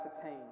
attain